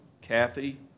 Kathy